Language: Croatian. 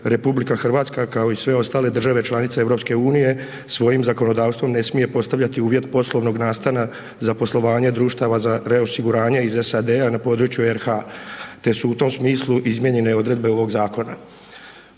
reosiguranje, RH kao i sve ostale države članice EU svojim zakonodavstvom ne smije postavljati uvjet poslovnog nastana za poslovanje društava za reosiguranje iz SAD-a na području RH te su u tom smislu izmijenjene odredbe ovog zakona.